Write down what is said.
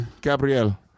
Gabriel